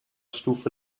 stufe